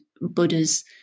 Buddhas